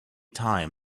time